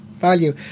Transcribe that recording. value